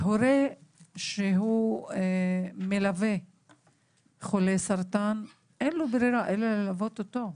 להורה שמלווה חולה סרטן אין ברירה אלא ללוות אותו.